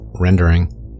rendering